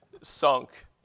sunk